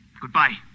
Goodbye